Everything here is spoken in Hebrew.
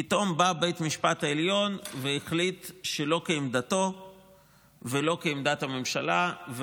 פתאום בא בית המשפט העליון והחליט שלא כעמדתו ולא כעמדת הממשלה,